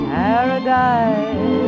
paradise